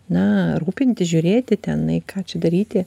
na rūpintis žiūrėti tenai ką čia daryti